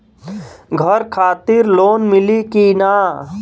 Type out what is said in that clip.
घर खातिर लोन मिली कि ना?